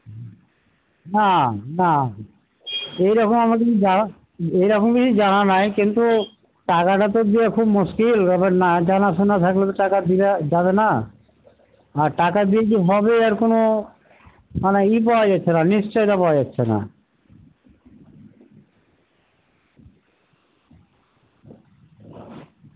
না না এই রকম আমাদের জা এই রকম কিছু জানা নাই কিন্তু টাকাটা তো দেওয়া খুব মুশকিল এবার না জানা শোনা থাকলে তো টাকা দিয়া যাবে না আর টাকা দিয়ে যে হবে এর কোনো মানে ই পাওয়া যেছে না নিশ্চয়তা পাওয়া যাচ্ছে না